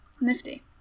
Nifty